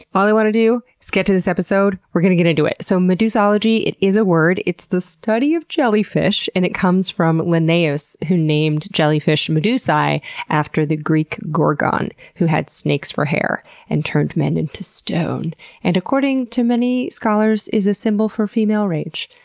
all i want to do is get to this episode, we're going to get into it! so, medusology, it is a word, it's the study of jellyfish and it comes from linnaeus, who named jellyfish medusae after the greek gorgon who had snakes for hair and turned men into stone and, according to many scholars, is a symbol for female rage.